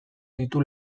ditu